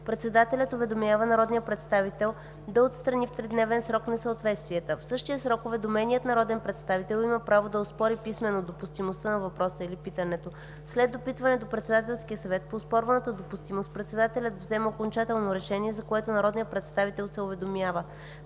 председателят уведомява народния представител да отстрани в тридневен срок несъответствията. В същия срок уведоменият народен представител има право да оспори писмено допустимостта на въпроса или питането. След допитване до Председателския съвет по оспорваната допустимост председателят взема окончателно решение, за което народният представител се уведомява.